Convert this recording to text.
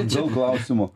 daug klausimų